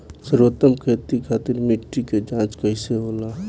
सर्वोत्तम खेती खातिर मिट्टी के जाँच कईसे होला?